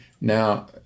now